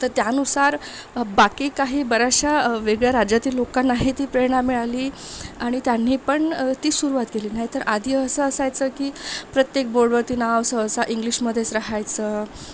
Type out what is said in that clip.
तर त्यानुसार बाकी काही बऱ्याचशा वेगळ्या राज्यातील लोकांनाही ती प्रेरणा मिळाली आणि त्यांनी पण ती सुरुवात केली नाहीतर आधी असं असायचं की प्रत्येक बोर्डवरती नाव सहसा इंग्लिशमध्येच राहायचं